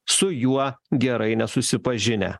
su juo gerai nesusipažinę